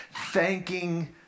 thanking